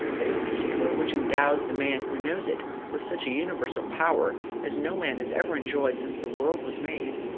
it is the secret which endows the man who knows it with such a universal power as no man has ever enjoyed since the world was made.